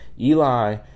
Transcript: Eli